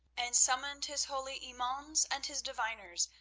and summoned his holy imauns and his diviners,